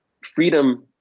freedom